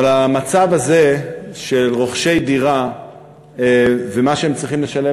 אבל המצב הזה של רוכשי דירה ומה שהם צריכים לשלם